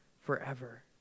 forever